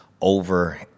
over